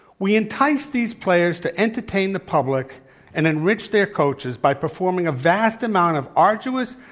we entice these players to entertain the public and enrich their coaches by performing a vast amount of arduous,